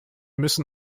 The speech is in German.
müssen